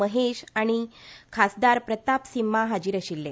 महेश आनी खासदार प्रताप सिंम्हा हाजीर आशिल्ले